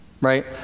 right